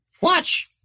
Watch